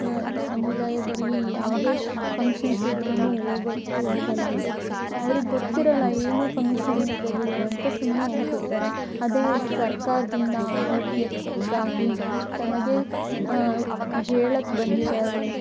ಸಮುದಾಯದಲ್ಲಿ ಯಾವುದೇ ಫಂಕ್ಷನ್ಸ್ ಇದ್ರು ಹೋಗಲ್ಲ ಹೋಗಲ್ಲ ಅವ್ರಿಗೆ ಗೊತ್ತಿರೋಲ್ಲ ಏನೋ ಫಂಕ್ಷನ್ ಇದೆ ಬಿಡು ಅಂತ ಸುಮ್ಮನೆ ಹೋಗ್ಬಿಡ್ತಾರೆ ಅದೇ ಸರ್ಕಾರದಿಂದ ಆರೋಗ್ಯಕ್ಕಾಗಿ ತಮಗೆ ಹೇಳಕ್ಕೆ ಬಂದಿದ್ದಾರೆ